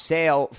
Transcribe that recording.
Sale